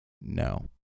no